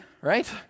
right